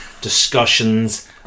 discussions